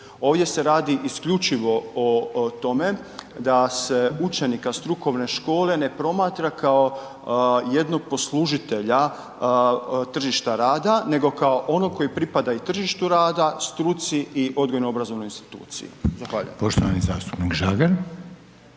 Ovdje se radi isključivo o tome da se učenika strukovne škole ne promatra kao jednog poslužitelja tržišta rada nego kao onog koji pripada i tržištu rada, struci i odgojno obrazovnoj instituciji. Zahvaljujem. **Reiner,